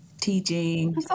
teaching